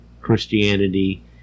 Christianity